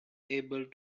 able